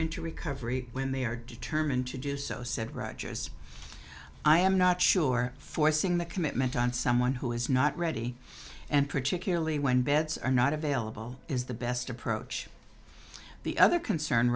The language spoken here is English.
into recovery when they are determined to do so said rogers i am not sure forcing the commitment on someone who is not ready and particularly when beds are not available is the best approach the other concern